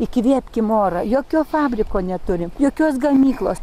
įkvėpkim orą jokio fabriko neturim jokios gamyklos